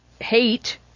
hate